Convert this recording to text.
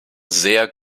sehr